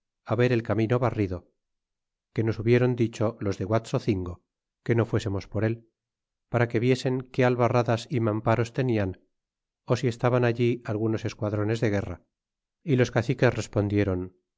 ver el camino barrido que nos hubiéron dicho los de guaxocingo que no fuésemos por él para que viesen qué albarradas é mamparos tenian ú si estaban allí algunos esquadrones de guerra y los caciques respondiéron